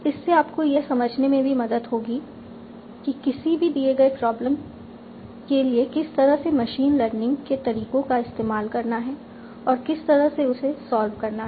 इससे आपको यह समझने में भी मदद होगी कि किसी भी दिए गए प्रॉब्लम के लिए किस तरह से मशीन लर्निंग के तरीकों का इस्तेमाल करना है और किस तरह से उसे सॉल्व करना है